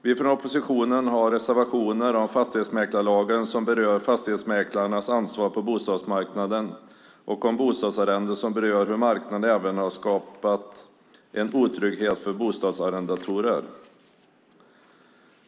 Vi från oppositionen har reservationer om fastighetsmäklarlagen som berör fastighetsmäklarnas ansvar på bostadsmarknaden och om bostadsarrende som berör hur marknaden har skapat en otrygghet för bostadsarrendatorer.